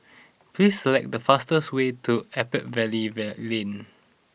please select the fastest way to Attap Valley Lane